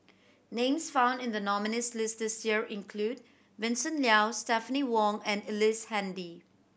names found in the nominees' list this year include Vincent Leow Stephanie Wong and Ellice Handy